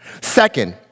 Second